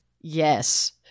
Yes